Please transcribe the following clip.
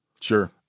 Sure